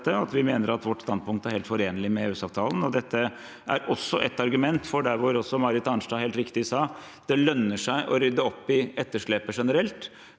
vi mener at vårt standpunkt er helt forenlig med EØS-avtalen. Dette er også et argument, for som Marit Arnstad helt riktig sa: Det lønner seg å rydde opp i etterslepet generelt